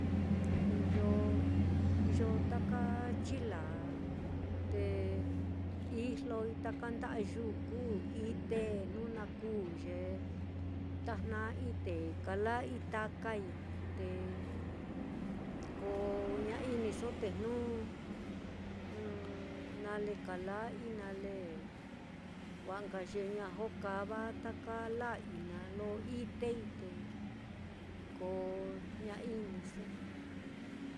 iyo iyo taka chila, te ijloi taka nda'a yuku, ite, jnu na kuu ye tajna'ai te kala'ai takai, te ko ña iniso jnu nale kala'ai nale, wa'a nka ye ña jokava taka la'ai naá, lo itei, te ko ña iniso